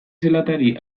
zelatari